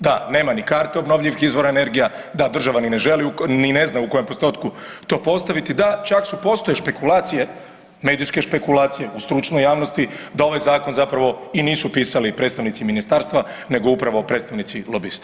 Da, nema ni karte obnovljivih izvora energija, da, država ni ne zna u kojem postotku to postaviti, da, čak su, postoje špekulacije, medijske špekulacije u stručnoj javnosti da ovaj Zakon zapravo i nisu pisali predstavnici ministarstva nego upravo predstavnici lobista.